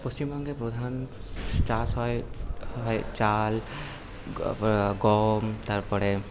পশ্চিমবঙ্গে প্রধান চাষ হয় চাল গম তারপরে